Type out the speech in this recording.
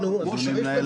(היו"ר גדעון סער) תודה רבה.